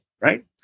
right